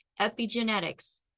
Epigenetics